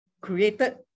created